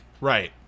Right